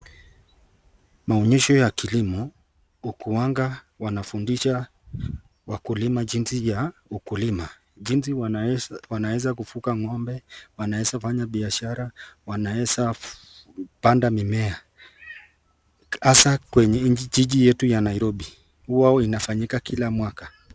Maonyesho ya kilimo hukuanga wanafundisha wakulima jinsi ya ukulima. Jinsi wanaweza kufuga Ng'ombe, wanaweza kufanya biashara, wanaweza kupanda mimea hasa kwenye jiji yetu Nairobi inafanyika kila mwaka.